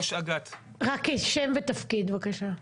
רק שם ותפקיד בקשה.